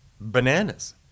bananas